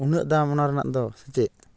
ᱩᱱᱟᱹᱜ ᱫᱟᱢ ᱚᱱᱟᱨᱮᱱᱟᱜ ᱫᱚ ᱥᱮᱪᱮᱫ